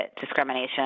discrimination